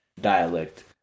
dialect